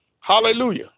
Hallelujah